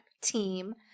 team